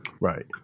Right